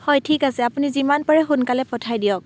হয় ঠিক আছে আপুনি যিমান পাৰে সোনকালে পঠাই দিয়ক